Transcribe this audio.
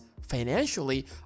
financially